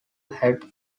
head